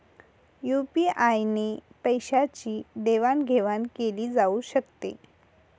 UPI ने पैशांची देवाणघेवाण केली जाऊ शकते